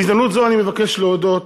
בהזדמנות זאת אני מבקש להודות